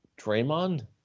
Draymond